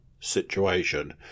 situation